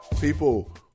People